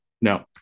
No